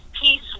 peace